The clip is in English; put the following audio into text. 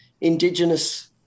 Indigenous